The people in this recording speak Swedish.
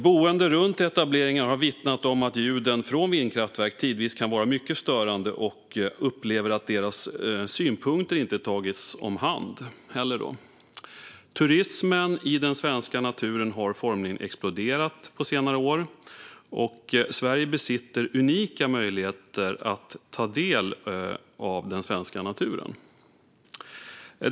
Boende runt etableringar har vittnat om att ljuden från vindkraftverk tidvis kan vara mycket störande, och de upplever att deras synpunkter inte har tagits om hand. Turismen i den svenska naturen har på senare år formligen exploderat. I Sverige finns unika möjligheter att ta del av naturen.